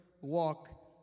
walk